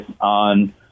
on